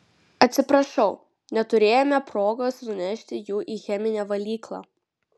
atsiprašau neturėjome progos nunešti jų į cheminę valyklą